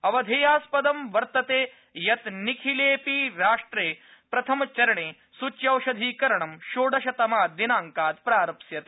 अवधेयास्पदं वर्तते यत् निखिलेपि देशे प्रथमचरणे सूच्यौषधिकरणम् षोडशतमात् दिनांकात् प्रारप्स्यते